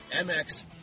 MX